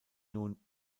nun